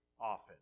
often